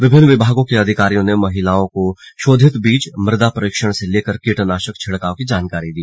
विभिन्न विभागों के अधिकारियों ने महिलाओं को शोधित बीज मृदा परीक्षण से लेकर कीटनाशक छिड़काव की जानकारी दी